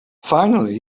finally